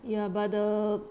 ya but the